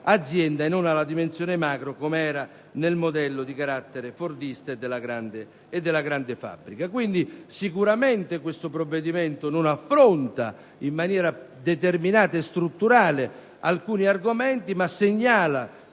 e non alla dimensione macro, come era nel modello di carattere fordista della grande fabbrica. Sicuramente il provvedimento al nostro esame non affronta in maniera determinata e strutturale alcuni argomenti, ma segnala